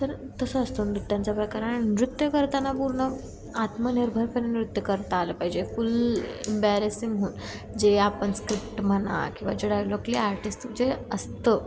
तर तसं असतं नृत्यांचा प्रकार आणि नृत्य करताना पूर्ण आत्मनिर्भरपणे नृत्य करता आलं पाहिजे फुल इम्बॅरेसिंग होऊन जे आपण स्क्रिप्ट म्हणा किंवा जे डायलॉक लय जे असतं